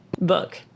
book